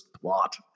plot